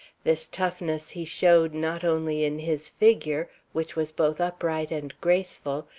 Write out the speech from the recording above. this toughness he showed not only in his figure, which was both upright and graceful,